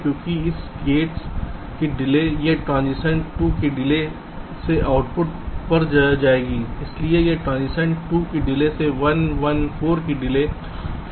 क्योंकि इस गेट्स की डिले यह ट्रांज़िशन 2 की डिले से आउटपुट पर जाएगी इसलिए यह ट्रांज़िशन 2 डिले से 1 1 4 की डिले 4 पर हो रहा होगा